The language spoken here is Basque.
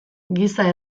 giza